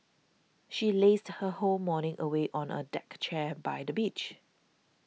she lazed her whole morning away on a deck chair by the beach